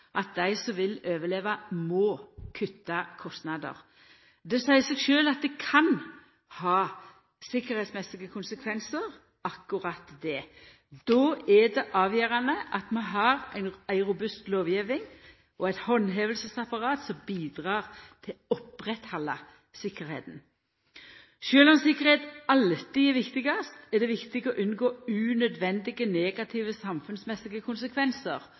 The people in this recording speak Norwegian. at dei som vil overleva, må kutta kostnader. Det seier seg sjølv at akkurat det kan ha tryggleiksmessige konsekvensar. Då er det avgjerande at vi har ei robust lovgjeving og eit handhevingsapparat som bidreg til å halda oppe tryggleiken. Sjølv om tryggleik alltid er det viktigaste, er det viktig å unngå unødvendige negative samfunnsmessige konsekvensar